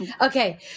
Okay